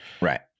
Right